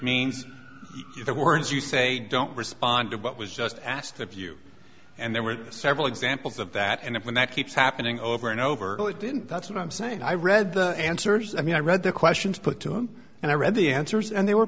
means the words you say don't respond to what was just asked of you and there were several examples of that and when that keeps happening over and over didn't that's what i'm saying i read the answers i mean i read the questions put to him and i read the answers and they were